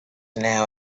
now